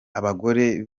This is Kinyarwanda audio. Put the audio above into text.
abagore